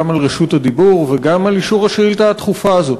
גם על רשות הדיבור וגם על אישור השאילתה הדחופה הזאת.